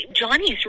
Johnny's